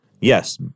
Yes